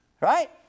Right